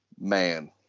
man